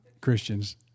Christians